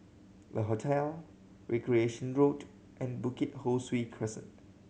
Le Hotel Recreation Road and Bukit Ho Swee Crescent